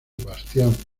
bastián